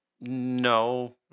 No